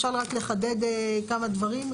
אפשר לחדד כמה דברים,